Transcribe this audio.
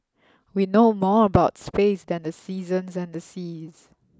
we know more about space than the seasons and the seas